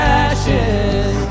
ashes